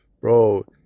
bro